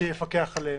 שיפקח עליהם.